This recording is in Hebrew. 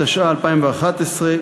התשע"א 2011,